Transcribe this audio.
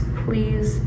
please